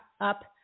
up